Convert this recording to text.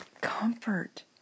comfort